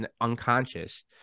unconscious